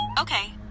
Okay